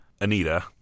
Anita